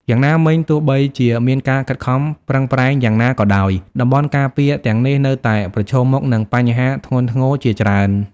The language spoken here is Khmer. យ៉ាងណាមិញ ទោះបីជាមានការខិតខំប្រឹងប្រែងយ៉ាងណាក៏ដោយ តំបន់ការពារទាំងនេះនៅតែប្រឈមមុខនឹងបញ្ហាធ្ងន់ធ្ងរជាច្រើន។